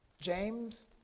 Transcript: James